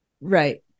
right